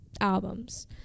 albums